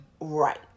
Right